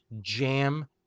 jam